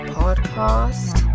podcast